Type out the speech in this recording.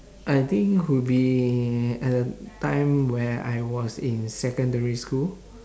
I think would be at a time where I was in secondary school